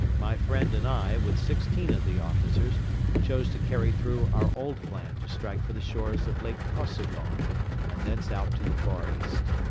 my friend and i with sixteen of the officers chose to carry through our old plan to strike for the shores of lake kosogol and thence out to the far east.